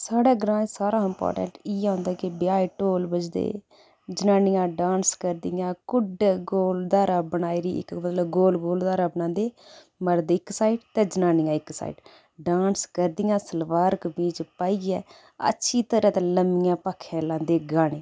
साढे ग्रांऽ च सारा हां इम्पाटैंट इ'यै होंदा के ब्याह् गी ढोल बजदे जनानियां डांस करदियां कुड्ड गोल धारा बनाई'री इक मतलब गोल गोल धारा बनांदे मर्द इक साइड ते जनानियां इक साइड डांस करदियां सलवार कमीज पाइयै अच्छी तरह ते लम्मियां भाखैं लांदे गाने